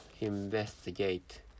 investigate